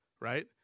right